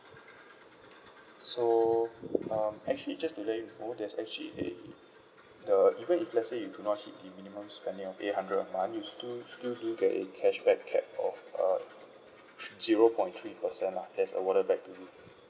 so um actually just to let you know there's actually a the even if let's say you did not hit the minimum spending of eight hundred a month you still still do get a cashback cap of a zero point three percent lah that's awarded back to you